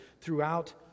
throughout